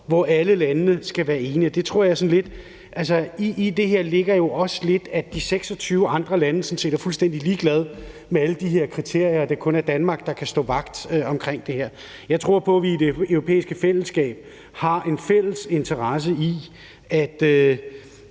hvor alle landene skal være enige. I det her ligger jo også lidt, at de 26 andre lande sådan set er fuldstændig ligeglade med alle de her kriterier, og at det kun er Danmark, der står vagt om det her. Jeg tror på, at vi i det europæiske fællesskab har en fælles interesse i, at